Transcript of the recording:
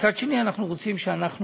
מצד שני, אנחנו רוצים שאנחנו